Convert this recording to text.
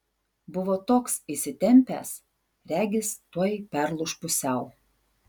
buvo toks įsitempęs regis tuoj perlūš pusiau